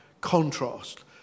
contrast